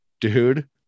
dude